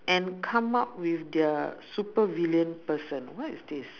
and come up with their super villain person what is this